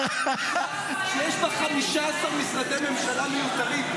אתה יושב בקואליציה שיש לה 15 משרדי ממשלה מיותרים.